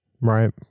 Right